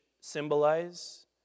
symbolize